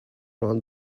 run